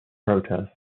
protest